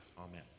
Amen